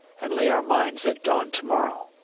and lay our mines at dawn to-morrow.